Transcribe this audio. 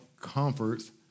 comforts